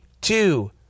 two